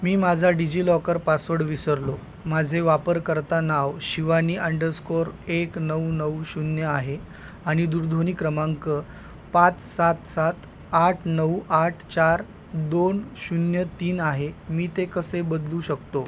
मी माझा DigiLocker password विसरलो माझे वापरकर्ता नाव शिवानी अंडरस्कोर एक नऊ नऊ शून्य आहे आणि दूरध्वनी क्रमांक पाच सात सात आठ नऊ आठ चार दोन शून्य तीन आहे मी ते कसे बदलू शकतो